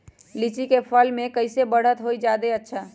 लिचि क फल म कईसे बढ़त होई जादे अच्छा?